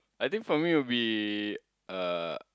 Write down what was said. I think for me will be uh